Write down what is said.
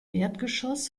erdgeschoss